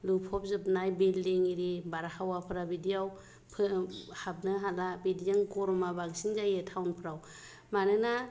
लुफबजोबनाय building एरि बारहावाफोरा बिदियाव हाबनो हाला बिदियावनो गरमा बांसिन जायो टाउनफोराव मानोना